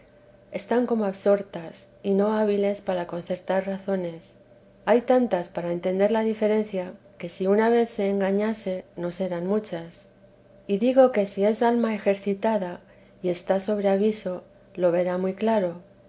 están como absortas y no hábiles para concertar razones hay tantas para entender la diferencia que si una vez se engañase no serán muchas y digo que si es alma ejercitada y está sobre aviso lo verá muy claro